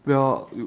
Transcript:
well